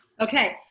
Okay